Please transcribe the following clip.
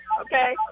okay